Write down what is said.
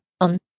on